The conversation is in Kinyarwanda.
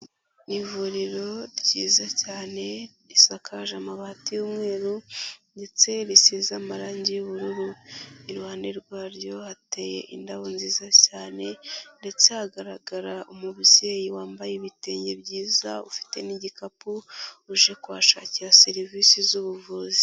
Ni ivuriro ryiza cyane risakaje amabati y'umweru ndetse risize amarangi y'ubururu. Iruhande rwaryo hateye indabo nziza cyane ndetse hagaragara umubyeyi wambaye ibitenge byiza ufite n'igikapu uje kuhashakira serivisi z'ubuvuzi.